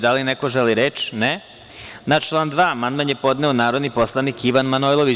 Da li neko želi reč? (Ne) Na član 2. amandman je podneo narodni poslanik Ivan Manojlović.